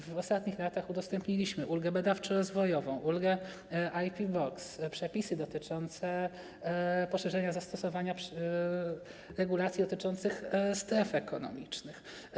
W ostatnich latach udostępniliśmy ulgę badawczo-rozwojową, ulgę IP Box, przepisy dotyczące poszerzenia zastosowania regulacji dotyczących stref ekonomicznych.